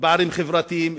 פערים חברתיים,